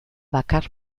bakar